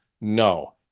no